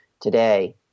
today